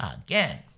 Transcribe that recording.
Again